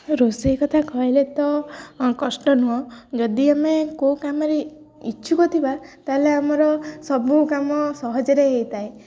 ରୋଷେଇ କଥା କହିଲେ ତ କଷ୍ଟ ନୁହେଁ ଯଦି ଆମେ କେଉଁ କାମରେ ଇଚ୍ଛୁକ ଥିବା ତା'ହେଲେ ଆମର ସବୁ କାମ ସହଜରେ ହେଇଥାଏ